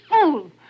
fool